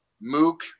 Mook